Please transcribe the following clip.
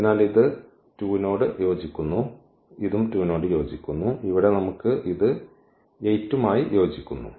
അതിനാൽ ഇത് ഈ 2 നോട് യോജിക്കുന്നു ഇതും 2 നോട് യോജിക്കുന്നു ഇവിടെ നമുക്ക് ഇത് 8 മായി യോജിക്കുന്നു